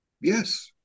Yes